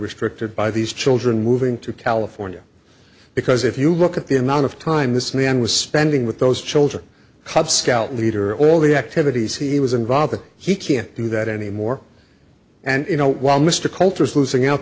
restricted by these children moving to california because if you look at the amount of time this man was spending with those children cub scout leader all the activities he was involved in he can't do that anymore and you know while mr coulter is losing out